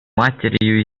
матерью